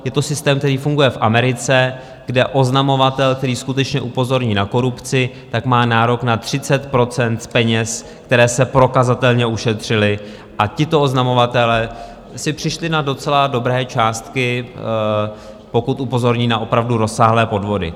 Je to systém, který funguje v Americe, kde oznamovatel, který skutečně upozorní na korupci, tak má nárok na 30 % z peněz, které se prokazatelně ušetřily, a tito oznamovatelé si přijdou na docela dobré částky, pokud upozorní na opravdu rozsáhlé podvody.